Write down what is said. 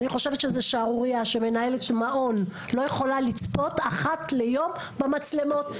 אני חושבת שזו שערורייה שמנהלת מעון לא יכולה לצפות אחת ליום במצלמות.